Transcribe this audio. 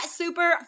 super